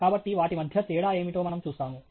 కాబట్టి వాటి మధ్య తేడా ఏమిటో మనం చూస్తాము